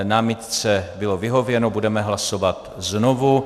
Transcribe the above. Námitce bylo vyhověno, budeme hlasovat znovu.